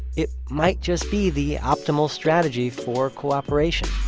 it might just be the optimal strategy for cooperation